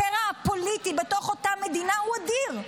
הקרע הפוליטי בתוך אותה מדינה אדיר.